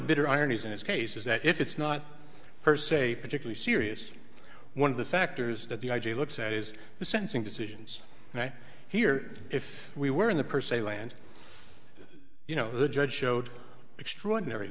bitter ironies in this case is that if it's not per se particularly serious one of the factors that the i g looks at is the sense in decisions right here if we were in the per se way and you know the judge showed extraordinary